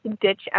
ditch